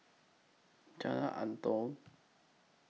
Jalan Antoi